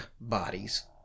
bodies